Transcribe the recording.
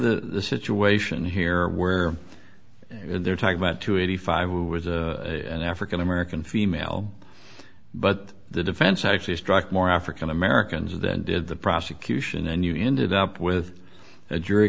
have the situation here where they're talking about two eighty five who was an african american female but the defense actually struck more african americans than did the prosecution and you ended up with a jury